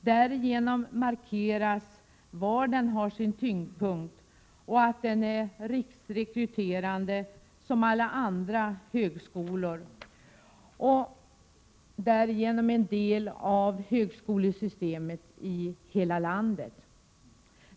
Därigenom markeras var enheten har sin tyngdpunkt, att den — i likhet med alla andra högskolor — är riksrekryterande och att den därigenom utgör en del av högskolesystemet som helhet.